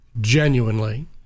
Genuinely